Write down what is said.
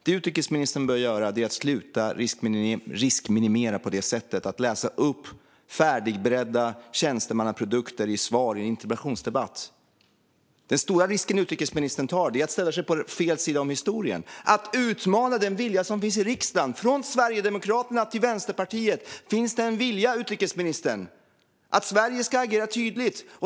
Det som utrikesministern bör göra är att sluta riskminimera genom att läsa upp färdigberedda tjänstemannaprodukter som svar i en interpellationsdebatt. Den stora risk som utrikesministern tar är att ställa sig på fel sida av historien och utmana den vilja som finns i riksdagen. Från Sverigedemokraterna till Vänsterpartiet - där finns en vilja, utrikesministern, att Sverige ska agera tydligt.